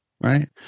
right